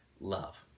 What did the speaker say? love